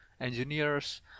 engineers